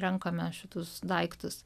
renkame šitus daiktus